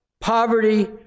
poverty